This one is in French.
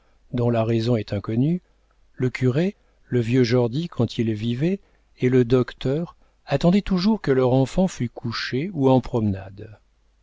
dont la raison est inconnue le curé le vieux jordy quand il vivait et le docteur attendaient toujours que leur enfant fût couchée ou en promenade